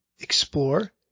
Explore